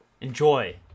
Enjoy